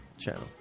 channel